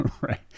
Right